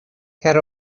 cer